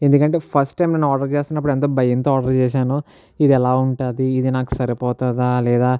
ఎందుకంటే first time నేను order చేస్తున్నప్పుడు ఎంతో భయంతో ఆర్డర్ చేసాను ఇది ఎలా ఉంటుంది ఇది నాకు సరిపోతుందా లేదా